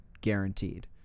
guaranteed